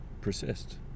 Persist